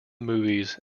movies